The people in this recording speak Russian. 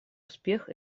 успех